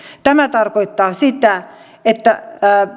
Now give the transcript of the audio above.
tämä tarkoittaa sitä että